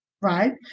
right